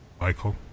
Michael